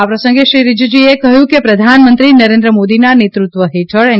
આ પ્રસંગે શ્રી રીજીજુએ કહ્યું કે પ્રધાનમંત્રી નરેન્દ્ર મોદીના નેતૃત્વ હેઠળ એન